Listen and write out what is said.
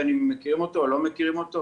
בין אם הם מכירים אותו ובין אם הם לא מכירים אותו,